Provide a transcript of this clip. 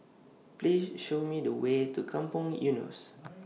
Please Show Me The Way to Kampong Eunos